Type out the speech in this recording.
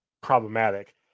problematic